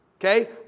Okay